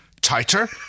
tighter